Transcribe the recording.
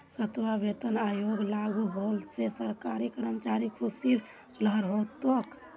सातवां वेतन आयोग लागू होल से सरकारी कर्मचारिर ख़ुशीर लहर हो तोक